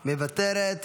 מוותרת,